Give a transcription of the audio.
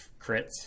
crits